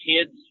kids